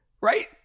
right